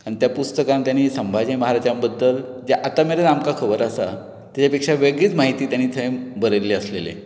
आनी त्या पुस्तकांत ताणी संभाजी महाराजा बद्दल जें आतां मेरेन आमकां खबर आसा ताचे पेक्षा वेगळीच म्हायती ताणें थंय बरयल्ली आसलेली